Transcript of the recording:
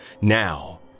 Now